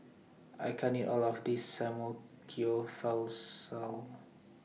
I can't eat All of This